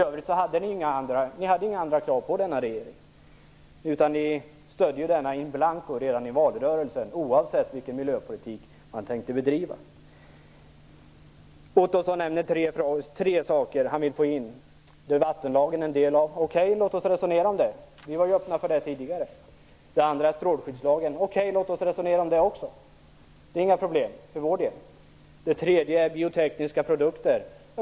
Ni ställde inga andra krav på denna regering, utan ni stödde den in blanco redan i valrörelsen oavsett vilken miljöpolitik den tänkte bedriva. Roy Ottosson vill ha in tre saker. För det första vill han ha in en del av vattenlagen. Okej, låt oss resonera om det. Vi var öppna för det tidigare. För det andra vill han ha in strålskyddslagen. Okej, låt oss resonera om det också. Det är inga problem för vår del. För det tredje vill ha in bestämmelser om biotekniska produkter.